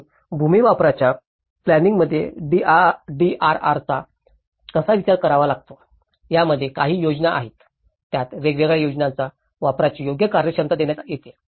म्हणूनच भूमी वापराच्या प्लॅनिंइंगात डीआरआरचा कसा विचार करावा लागतो यामध्ये काही योजना आहेत ज्यात वेगवेगळ्या योजनांच्या वापराची योग्य कार्यक्षमता देण्यात येते